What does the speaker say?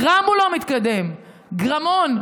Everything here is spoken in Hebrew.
גרם הוא לא מתקדם, גרמון,